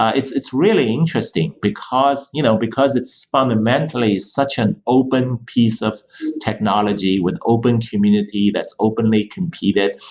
it's it's really interesting because you know because it's fundamentally such an open piece of technology, with open community, that's openly competed.